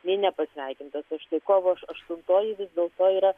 nei nepasveikintas o štai kovo aštuntoji vis dėlto yra